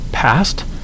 past